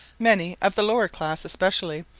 many, of the lower class especially,